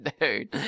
Dude